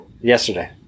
Yesterday